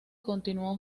continuó